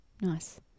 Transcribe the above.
Nice